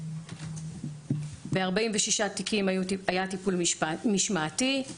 ב-46 תיקים היה טיפול משמעתי,